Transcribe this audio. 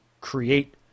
create